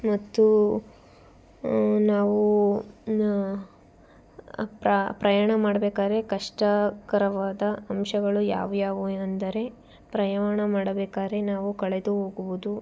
ಮತ್ತೂ ನಾವೂ ನ ಪ್ರ ಪ್ರಯಾಣ ಮಾಡ್ಬೇಕಾದ್ರೆ ಕಷ್ಟ ಕರವಾದ ಅಂಶಗಳು ಯಾವ್ಯಾವು ಅಂದರೆ ಪ್ರಯಾಣ ಮಾಡಬೇಕಾರೆ ನಾವು ಕಳೆದುಹೋಗುವುದು